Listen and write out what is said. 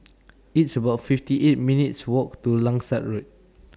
It's about fifty eight minutes' Walk to Langsat Road